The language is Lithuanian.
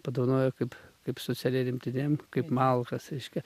padovanojo kaip kaip socialiai remtiniem kaip malkas reiškia